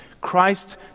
Christ